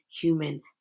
human